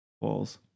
walls